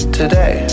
today